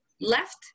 left